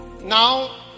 Now